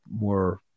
more